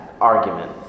argument